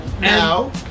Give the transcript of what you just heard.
Now